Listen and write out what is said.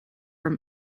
from